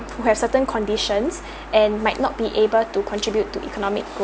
where has certain conditions and might not be able to contribute to economic